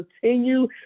continue